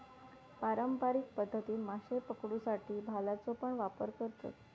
पारंपारिक पध्दतीन माशे पकडुसाठी भाल्याचो पण वापर करतत